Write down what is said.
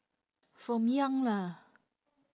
from young lah